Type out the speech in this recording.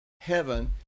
heaven